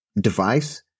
device